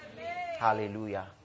Hallelujah